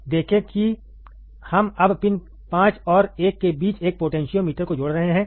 देखें कि हम अब पिन 5 और 1 के बीच एक पोटेंशियोमीटर को जोड़ रहे हैं